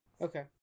Okay